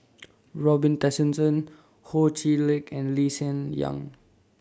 Robin Tessensohn Ho Chee Lick and Lee Hsien Yang